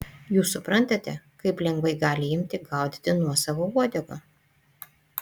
jūs suprantate kaip lengvai gali imti gaudyti nuosavą uodegą